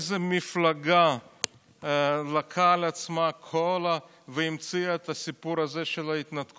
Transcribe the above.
איזה מפלגה לקחה על עצמה והמציאה את הסיפור הזה של ההתנתקות?